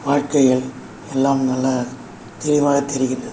வாழ்க்கையில் எல்லாம் நல்ல தெளிவாக தெரிகின்றது